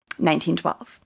1912